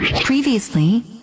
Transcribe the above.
Previously